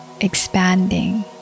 expanding